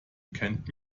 kennt